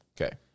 Okay